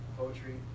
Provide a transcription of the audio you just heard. poetry